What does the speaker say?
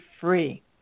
free